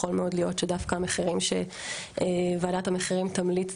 יכול מאוד להיות שדווקא המחירים שוועדת המחירים תמליץ